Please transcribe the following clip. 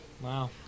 Wow